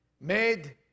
made